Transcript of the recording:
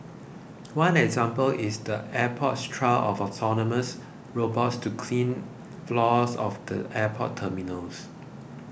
one example is the airport's trial of autonomous robots to clean floors of the airport terminals